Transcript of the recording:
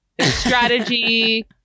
strategy